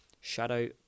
Shadow